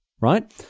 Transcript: right